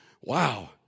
Wow